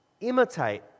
Imitate